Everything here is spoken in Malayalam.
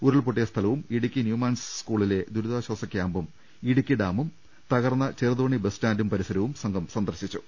ഉരുൾപൊട്ടിയ സ്ഥലവും ഇടുക്കി ന്യൂമാൻസ് സ്കൂളിലെ ദുരിതാശ്ചാസ ക്യാമ്പും ഇടുക്കി ഡാമും തകർന്ന ചെറുതോണി ബസ് സ്റ്റാന്റും പരിസരവും സംഘം സന്ദർശി ച്ചു